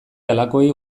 halakoei